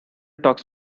talks